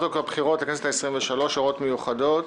והצעת חוק לבחירות הכנסת העשרים ושלוש (הוראות מיוחדות),